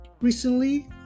recently